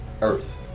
earth